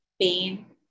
pain